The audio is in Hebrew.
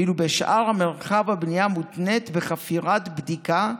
ואילו בשאר המרחב הבנייה מותנית בחפירת בדיקה,